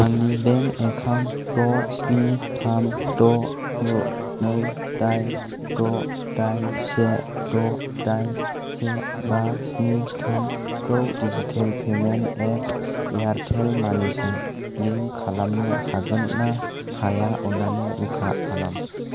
आंनि bank account द' स्नि थाम द' गु नै दाइन द' दाइन से द' दाइन से बा स्नि थामखौ डिजिटेल पेमेन्ट एप एयार्टेल मानिजों लिंक खालामनो हागोन ना हाया अन्नानै रोखा खालाम